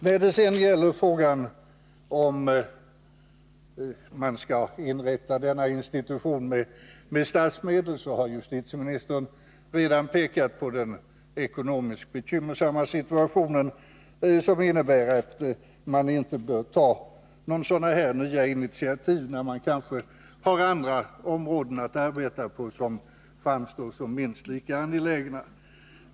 När det sedan gäller frågan om man skall inrätta denna institution med statsmedel, så har justitieministern redan pekat på den ekonomiskt bekymmersamma situationen, som innebär att man inte bör ta några sådana här nya initiativ då man kanske har andra områden att arbeta på som framstår Nr 108 som minst lika angelägna.